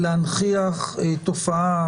להנכיח תופעה,